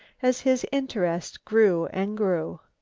as his interest grew and grew.